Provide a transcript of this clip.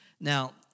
Now